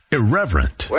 irreverent